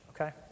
okay